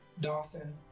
Dawson